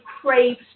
craves